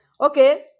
okay